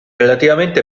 relativamente